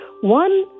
one